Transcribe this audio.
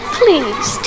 please